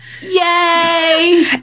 Yay